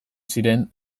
ziren